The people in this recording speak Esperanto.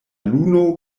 luno